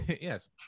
Yes